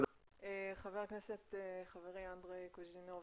חבר הכנסת חברי אנדרי קוז'ינוב,